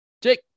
Jake